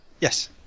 Yes